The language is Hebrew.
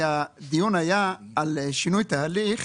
הדיון היה על שינוי תהליך